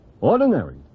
Ordinary